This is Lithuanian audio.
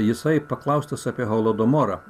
jisai paklaustas apie holodomorą